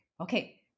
Okay